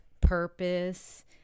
purpose